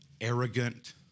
arrogant